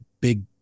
big